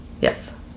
Yes